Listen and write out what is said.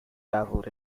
baffled